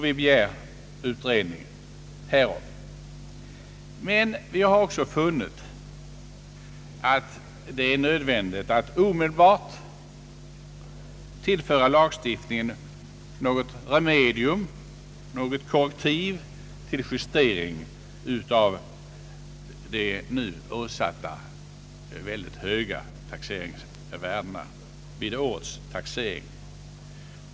Vi begär utredning härom. Men vi har också funnit att det är nödvändigt att omedelbart tillföra lagstiftningen något remedium, något korrektiv till justering av de nu åsatta synnerligen höga taxeringsvärdena vid årets taxering.